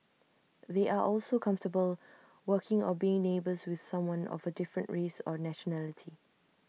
they are also comfortable working or being neighbours with someone of A different race or nationality